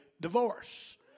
divorce